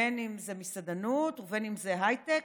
בין שזה מסעדנות ובין שזה הייטק,